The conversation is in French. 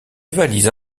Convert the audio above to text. valise